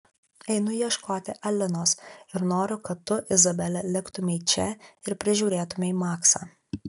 einu ieškoti alinos ir noriu kad tu izabele liktumei čia ir prižiūrėtumei maksą